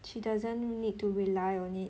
she doesn't need to rely on it